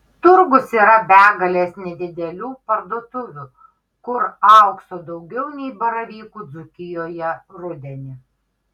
turgus yra begalės nedidelių parduotuvių kur aukso daugiau nei baravykų dzūkijoje rudenį